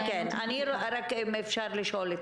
וגם יש למנהל מעון או למנהל מעון נעול אפשרות לקבל רשות